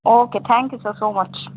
okay thank you sir so much